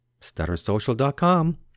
stuttersocial.com